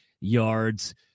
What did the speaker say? yards